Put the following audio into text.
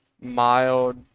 mild